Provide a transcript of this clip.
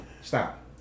Stop